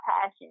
passion